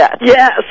Yes